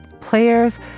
Players